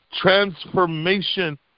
transformation